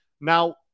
Now